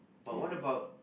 but what about